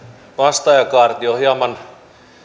vastaajakaarti on hieman